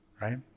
right